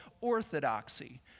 orthodoxy